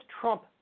Trump